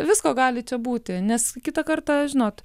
visko gali čia būti nes kitą kartą žinot